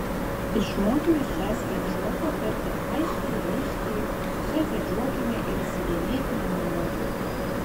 išmokime šią skaičiuotę tarti aiškiai raiškiai solfedžiuokime ir įsidėmėkime melodiją